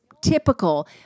typical